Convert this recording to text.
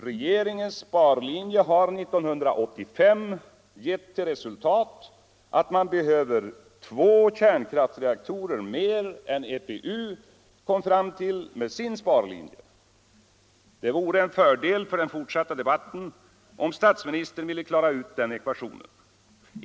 Regeringens sparlinje har 1985 givit till resultat att man behöver två kärnkraftsreaktorer mer än EPU kom fram till med sin sparlinje. Det vore en fördel för den fortsatta debatten om statsministern ville klara ut den ekvationen.